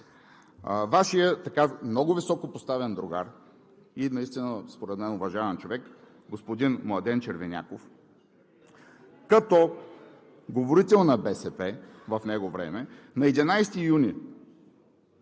Вашият много високопоставен другар и наистина според мен уважаван човек – господин Младен Червеняков, като говорител на БСП в него време, на 11 юни